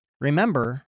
Remember